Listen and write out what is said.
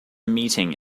meeting